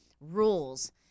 rules